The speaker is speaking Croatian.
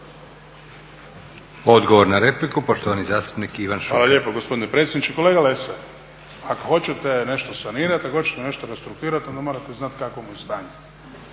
Odgovor na repliku, poštovani zastupnik Ivan Šuker. **Šuker, Ivan (HDZ)** Hvala lijepo gospodine predsjedniče. Kolega Lesar ako hoćete nešto sanirati, ako hoćete nešto restrukturirati onda morate znati u kakvom je stanju.